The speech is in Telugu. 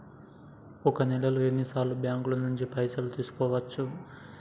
ఒక నెలలో ఎన్ని సార్లు బ్యాంకుల నుండి పైసలు తీసుకోవచ్చు?